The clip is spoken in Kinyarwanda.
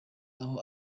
aho